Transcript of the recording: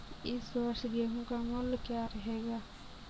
इस वर्ष गेहूँ का मूल्य क्या रहेगा?